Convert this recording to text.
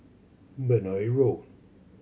Benoi Road